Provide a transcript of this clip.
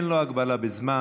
אין לו הגבלה בזמן.